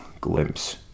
glimpse